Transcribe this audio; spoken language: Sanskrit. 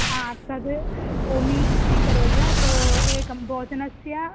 आ तद् ओमी स्वीकरोतु एकं भोजनस्य